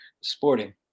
Sporting